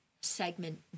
segment